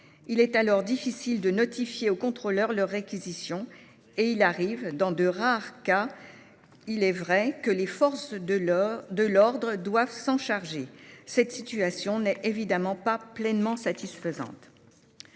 Il est alors difficile de notifier aux contrôleurs leur réquisition et il arrive- dans de rares cas, il est vrai -que les forces de l'ordre doivent s'en charger. Cette situation n'est évidemment pas pleinement satisfaisante.